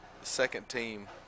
second-team